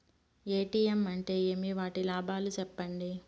ATM అంటే ఏమి? వాటి లాభాలు సెప్పండి?